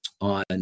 on